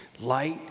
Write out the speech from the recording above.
Light